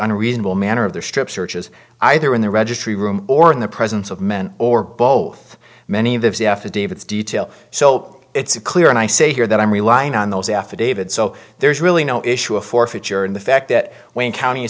under reasonable manner of the strip searches either in the registry room or in the presence of men or both many of the c f to david's detail so it's a clear and i say here that i'm relying on those affidavits so there's really no issue of forfeiture in the fact that wayne county